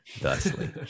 thusly